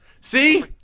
See